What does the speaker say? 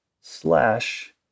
slash